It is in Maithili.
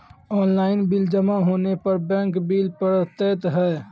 ऑनलाइन बिल जमा होने पर बैंक बिल पड़तैत हैं?